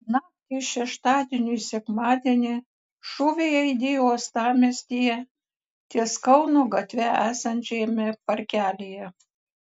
naktį iš šeštadienio į sekmadienį šūviai aidėjo uostamiestyje ties kauno gatve esančiame parkelyje